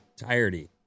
entirety